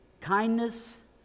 Kindness